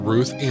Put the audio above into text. Ruth